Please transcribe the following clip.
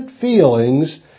feelings